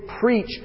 preach